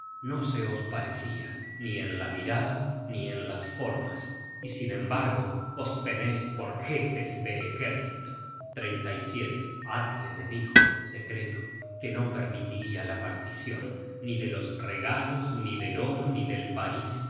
no se os parecia ni en la mirada ni en las formas y sin embargo os teneis por jefes de ejército atle me dijo en secreto que no permitiria la particion ni de los regalos ni del oro ni del pais